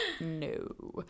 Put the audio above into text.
no